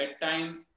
bedtime